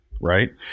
right